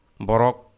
Borok